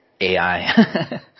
AI